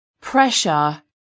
Pressure